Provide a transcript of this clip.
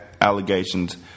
allegations